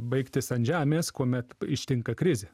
baigtis ant žemės kuomet ištinka krizė